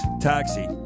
Taxi